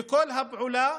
וכל הפעולה,